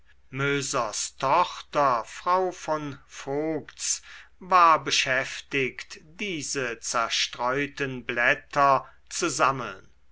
mösers tochter frau von voigts war beschäftigt diese zerstreuten blätter zu sammeln